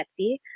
Etsy